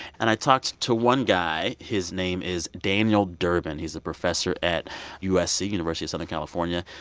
and i talked to one guy. his name is daniel durbin. he's a professor at usc, university of southern california.